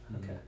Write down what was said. okay